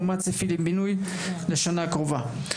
ומה הצפי לבינוי לשנה הקרובה.